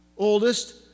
oldest